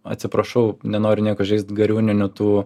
atsiprašau nenoriu nieko žeist gariūninių tų